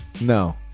No